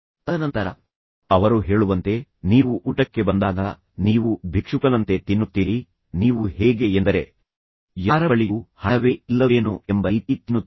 ತದನಂತರ ಅವರು ಹೇಳುವಂತೆ ನೀವು ಊಟಕ್ಕೆ ಬಂದಾಗ ನೀವು ಭಿಕ್ಷುಕನಂತೆ ತಿನ್ನುತ್ತೀರಿ ನೀವು ಹೇಗೆ ಎಂದರೆ ಯಾರ ಬಳಿಯೂ ಹಣವೇ ಇಲ್ಲವೇನೋ ಎಂಬ ರೀತಿ ತಿನ್ನುತ್ತೀರಿ